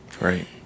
Right